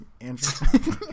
Andrew